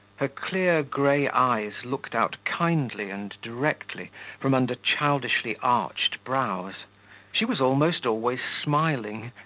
her clear grey eyes looked out kindly and directly from under childishly arched brows she was almost always smiling,